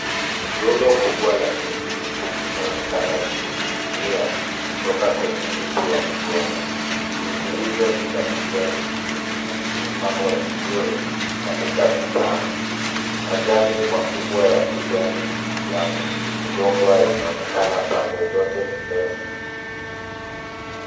Rundo kubwa la ndizi bichi linaonekana likiningi'nia kutoka kwenye mti wa mgomba. Ndizi hizo ni za kijani kibichi na zimepangwa vizuri katika vitano . Majani makubwa ya kijani ya mgomba inaonekana pande zote mbele.